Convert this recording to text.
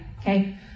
okay